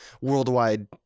worldwide